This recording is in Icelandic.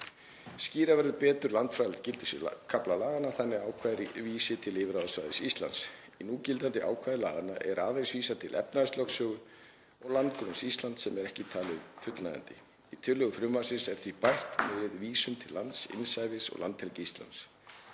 Skýra verður betur landfræðilegt gildissvið kafla laganna þannig að ákvæðið vísi til yfirráðasvæðis Íslands. Í núgildandi ákvæði laganna er aðeins vísað til efnahagslögsögu og landgrunns Íslands sem ekki er talið fullnægjandi. Í tillögu frumvarpsins er því bætt við vísun til lands, innsævis og landhelgi Íslands.